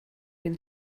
been